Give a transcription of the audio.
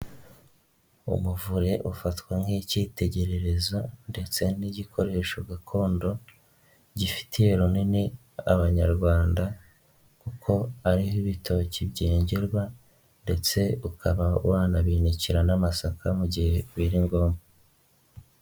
Umuvure ufatwa nk'ikitegererezo ndetse n'igikoresho gakondo gifitiye runini abanyarwanda, kuko ariho ibitoki byengerwa, ndetse ukaba wanabinikira n'amasaka mu gihe biri ngombwa.